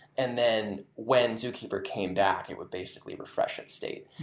and then, when zookeeper came back, it would basically refresh its state.